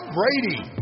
Brady